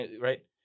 Right